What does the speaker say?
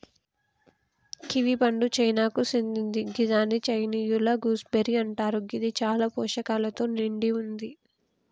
kiwi పండు చైనాకు సేందింది గిదాన్ని చైనీయుల గూస్బెర్రీ అంటరు గిది చాలా పోషకాలతో నిండి వుంది